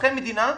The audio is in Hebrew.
כאזרחי מדינה.